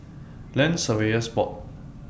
Land Surveyors Board